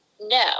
No